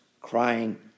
crying